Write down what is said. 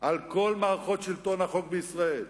על כל מערכות שלטון החוק בישראל,